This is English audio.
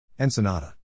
Ensenada